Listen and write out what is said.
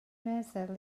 meddwl